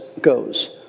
goes